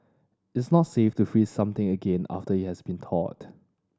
its not safe to freeze something again after it has been thawed